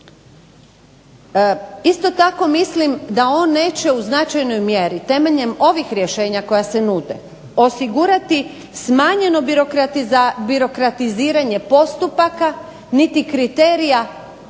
Isto tako mislim da on neće u značajnoj mjeri temeljem ovih rješenja koja se nude osigurati smanjeno birokratiziranje postupaka niti kriterija